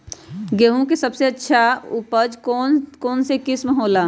गेंहू के सबसे अच्छा उपज वाली कौन किस्म हो ला?